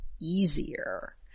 easier